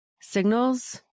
signals